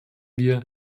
wir